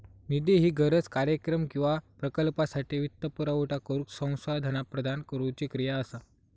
निधी ही गरज, कार्यक्रम किंवा प्रकल्पासाठी वित्तपुरवठा करुक संसाधना प्रदान करुची क्रिया असा